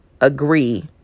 agree